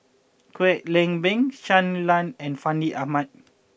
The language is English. Kwek Leng Beng Shui Lan and Fandi Ahmad